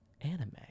anime